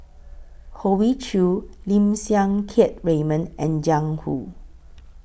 Hoey Choo Lim Siang Keat Raymond and Jiang Hu